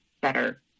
better